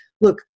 look